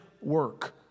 work